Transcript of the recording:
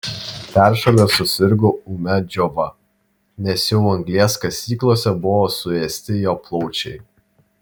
peršalęs susirgo ūmia džiova nes jau anglies kasyklose buvo suėsti jo plaučiai